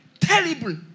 terrible